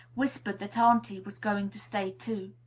whispered that auntie was going to stay too.